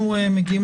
אנחנו מגיעים